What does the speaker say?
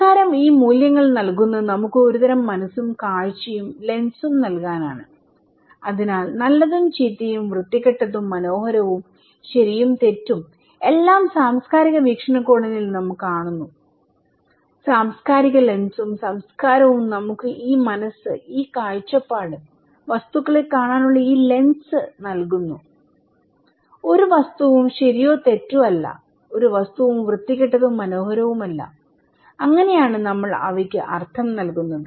സംസ്കാരം ഈ മൂല്യങ്ങൾ നൽകുന്നത് നമുക്ക് ഒരുതരം മനസ്സും കാഴ്ചയും ലെൻസും നൽകാനാണ് അതിനാൽ നല്ലതും ചീത്തയും വൃത്തികെട്ടതും മനോഹരവും ശരിയും തെറ്റും എല്ലാം സാംസ്കാരിക വീക്ഷണകോണിൽ നിന്ന് നാം കാണുന്നു സാംസ്കാരിക ലെൻസും സംസ്കാരവും നമുക്ക് ഈ മനസ്സ് ഈ കാഴ്ചപ്പാട് വസ്തുക്കളെ കാണാനുള്ള ഈ ലെൻസ് നൽകുന്നുഒരു വസ്തുവും ശരിയോ തെറ്റോ അല്ല ഒരു വസ്തുവും വൃത്തികെട്ടതും മനോഹരവുമല്ല അങ്ങനെയാണ് നമ്മൾ അവയ്ക്ക് അർത്ഥം നൽകുന്നത്